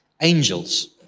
Angels